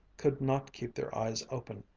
could not keep their eyes open,